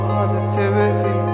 positivity